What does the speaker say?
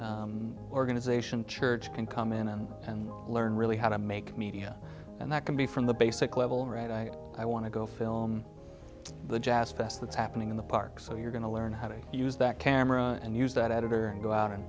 individual organization church can come in and and learn really how to make media and that can be from the basic level right i i want to go film the jazz fest that's happening in the park so you're going to learn how to use that camera and use that editor and go out and